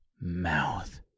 mouth